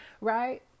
right